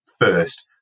first